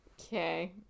Okay